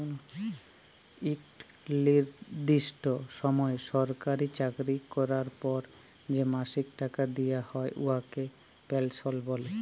ইকট লিরদিষ্ট সময় সরকারি চাকরি ক্যরার পর যে মাসিক টাকা দিয়া হ্যয় উয়াকে পেলসল্ ব্যলে